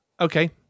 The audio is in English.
Okay